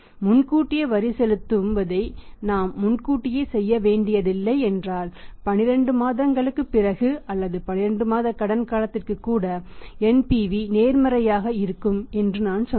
முன்கூட்டியே வரி செலுத்துவதை நாம் முன்கூட்டியே செய்ய வேண்டியதில்லை என்றால் 12 மாதங்களுக்குப் பிறகு அல்லது 12 மாத கடன் காலத்தில்கூட NPV நேர்மறையாக இருக்கும் என்று நான் சொன்னேன்